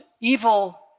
evil